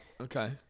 Okay